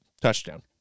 touchdown